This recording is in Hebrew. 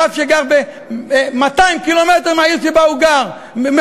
רב שגר 200 קילומטר מהעיר שבה הוא מכהן,